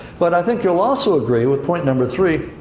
but i think you'll also agree with point number three.